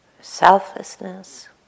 selflessness